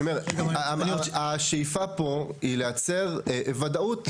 אני אומר, השאיפה פה היא לייצר ודאות.